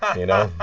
you know